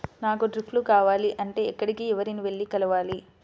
నాకు డ్రిప్లు కావాలి అంటే ఎక్కడికి, ఎవరిని వెళ్లి కలవాలి?